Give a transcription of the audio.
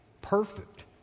Perfect